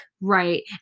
right